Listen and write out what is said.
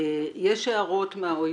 יש הערות מה-OECD.